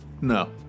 No